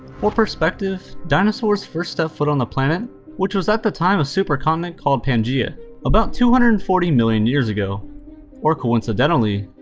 for perspective, dinosaurs first stepped foot on the planet which was at the time a super-continent called pangaea about two hundred and forty million years ago or, coincidentally,